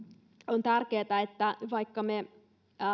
on tärkeätä että vaikka me